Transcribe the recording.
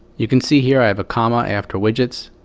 you can see here i have a comma after widgets.